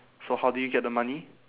so how did you get the money